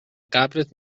قبرت